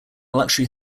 luxury